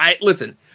listen